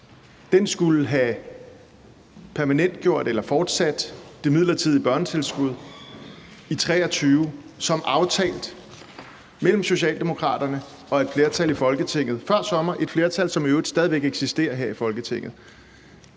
eller fortsat det midlertidige børnetilskud i 2023 som aftalt mellem Socialdemokraterne og et flertal i Folketinget før sommer – et flertal, som i øvrigt stadig væk eksisterer her i Folketinget.